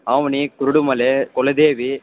ಅವ್ಣಿ Kurudumale ಕುಲದೇವಿ